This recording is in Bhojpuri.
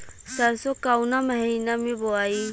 सरसो काउना महीना मे बोआई?